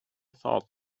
thought